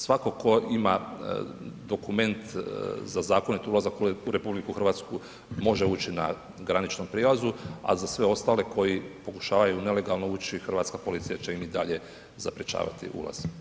Svatko tko ima dokument za zakonit ulazak u RH može ući na graničnom prijelazu, a za sve ostale koji pokušavaju nelegalno ući, hrvatska policija će im i dalje zaprječavati ulaz.